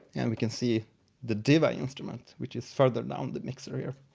and we can see the diva instrument which is further down the mixer. yeah